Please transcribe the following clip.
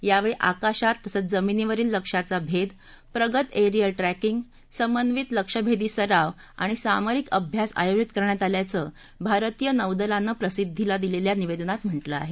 यावेळी आकाशात तसंच जमिनीवरील लक्ष्याचा भेद प्रगत एरिअल ट्रॅकिंग समन्वित लक्ष्यभेदी सराव आणि सामरिक अभ्यास आयोजित करण्यात आल्याचं भारतीय नौदलानं प्रसिद्धीला दिलेल्या निवेदनात म्हटलं आहे